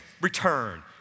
return